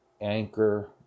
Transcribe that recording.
Anchor